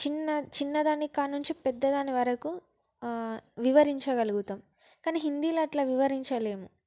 చిన్న చిన్న దానికాడ నుంచి పెద్దదాని వరకు వివరించగలుగుతాం కాని హిందీల అట్ల వివరించలేము